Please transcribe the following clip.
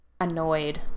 annoyed